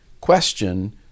question